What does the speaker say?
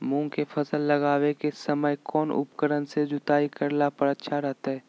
मूंग के फसल लगावे के समय कौन उपकरण से जुताई करला पर अच्छा रहतय?